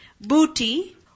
booty